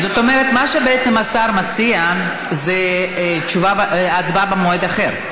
זאת אומרת, מה שבעצם השר מציע זה הצבעה במועד אחר?